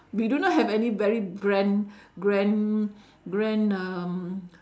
we do not have any very grand grand grand um